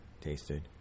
tasted